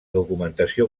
documentació